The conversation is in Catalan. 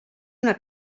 una